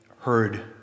heard